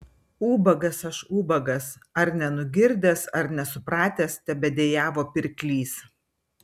ubagas aš ubagas ar nenugirdęs ar nesupratęs tebedejavo pirklys